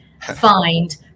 find